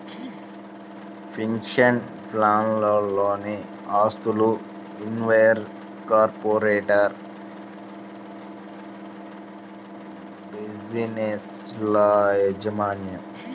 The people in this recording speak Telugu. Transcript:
పెన్షన్ ప్లాన్లలోని ఆస్తులు, ఇన్కార్పొరేటెడ్ బిజినెస్ల యాజమాన్యం